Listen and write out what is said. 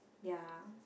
ya